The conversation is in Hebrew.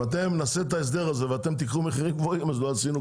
אם נכונן הסדר ובעלי המכולות ימשיכו